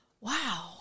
Wow